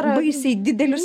baisiai didelis